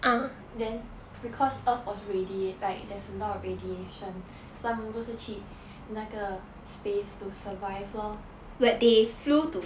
then because earth was already like there's a lot of radiation so 他们不是去那个 space to survive lor